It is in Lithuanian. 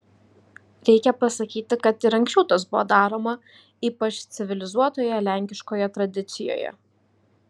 reikia pasakyti kad ir anksčiau tas buvo daroma ypač civilizuotoje lenkiškoje tradicijoje